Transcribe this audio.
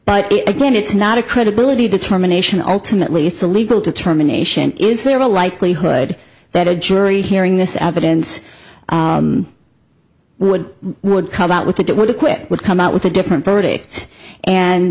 but again it's not a credibility determination ultimately it's a legal determination is there a likelihood that a jury hearing this evidence would would come out with it that would acquit would come out with a different verdict and